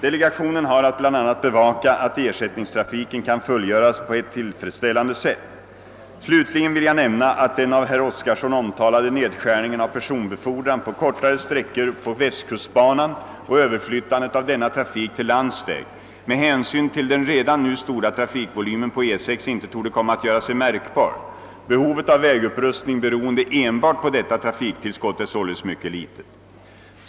Delegationen har att bl.a. bevaka att ersättningstrafiken kan fullgöras på ett tillfredsställande sätt. Slutligen vill jag nämna att den av herr Oskarson omtalade nedskärningen av personbefordran på kortare sträckor på västkustbanan och överflyttandet av denna trafik till landsväg med hänsyn till den redan nu stora trafikvolymen på E6 inte torde komma att göra sig märkbar. Behovet av vägupprustning beroende enbart på detta trafiktillskott är således mycket litet.